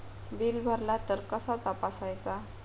Bill भरला तर कसा तपसायचा?